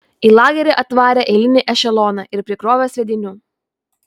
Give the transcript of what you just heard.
į lagerį atvarė eilinį ešeloną ir prikrovė sviedinių